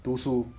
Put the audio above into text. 读书